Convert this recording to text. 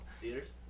Theaters